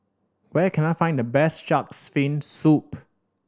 where can I find the best Shark's Fin Soup